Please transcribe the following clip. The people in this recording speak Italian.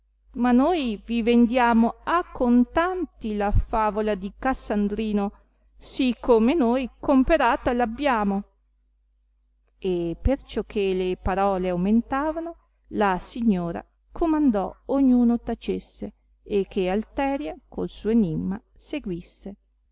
ma noi vi vendiamo a contanti la favola di cassandrino sì come noi comperata l'abbiamo e perciò che le parole aumentavano la signora comandò ognuno tacesse e che alteria col suo enimma seguisse